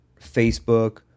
Facebook